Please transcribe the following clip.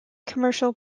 commercial